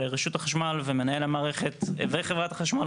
ורשות החשמל ומנהל המערכת וחברת החשמל